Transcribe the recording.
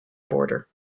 border